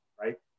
right